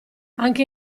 anche